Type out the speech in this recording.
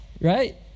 right